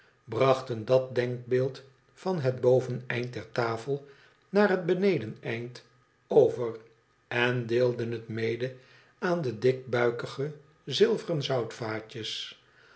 brachten dat denkbeeld van het boveneind der tafel naar het benedeneind over en deelden het mede aan de dikbuikige zilveren zoutvaatjes